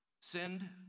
Send